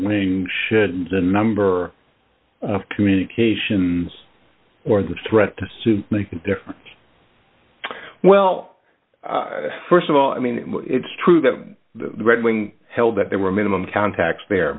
wing should the number of communications or the threat to sue make a difference well st of all i mean it's true that the right wing held that there were minimum contacts there